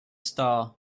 star